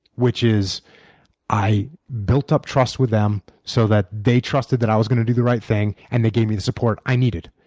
which is i built up trust with them so that they trusted that i was going to do the right thing, and they gave me the support i needed.